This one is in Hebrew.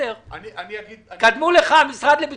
בגלל שלא יכול להיות שבאים לוועדה ולא אומרים כלום,